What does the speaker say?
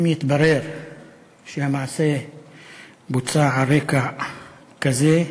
אם יתברר שהמעשה בוצע על רקע כזה,